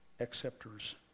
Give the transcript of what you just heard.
acceptors